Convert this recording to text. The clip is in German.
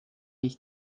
ich